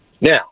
Now